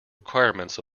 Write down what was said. requirements